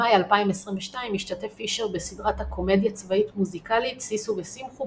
במאי 2022 השתתף פישר בסדרת הקומדיה-צבאית-מוזיקלית - "שישו ושמחו",